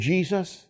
Jesus